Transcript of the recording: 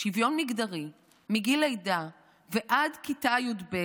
לשוויון מגדרי מגיל לידה ועד כיתה י"ב,